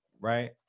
right